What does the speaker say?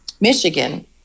Michigan